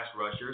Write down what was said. rushers